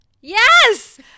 Yes